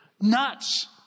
nuts